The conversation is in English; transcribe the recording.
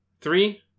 Three